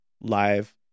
live